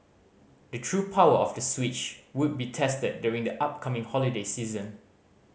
the true power of the Switch would be tested during the upcoming holiday season